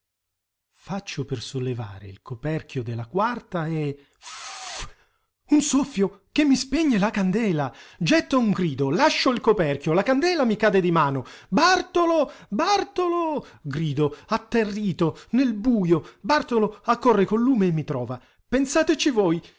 faccio per sollevare il coperchio della quarta e ffff un soffio che mi spegne la candela getto un grido lascio il coperchio la candela mi cade di mano bartolo bartolo grido atterrito nel bujo bartolo accorre col lume e mi trova pensateci voi